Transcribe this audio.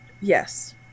Yes